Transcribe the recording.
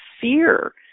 fear